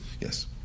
yes